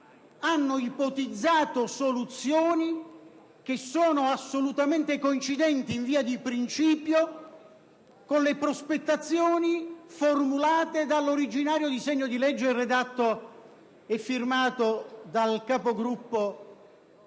hanno ipotizzato soluzioni assolutamente coincidenti, in via di principio, con le prospettazioni formulate dall'originario disegno di legge redatto e firmato dal Capogruppo